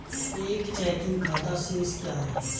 एक चेकिंग खाता शेष क्या है?